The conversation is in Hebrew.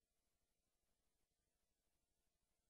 עם רוביק דנילוביץ ודאי שאני נמצא בעבודה מתמדת לסיוע לעירו.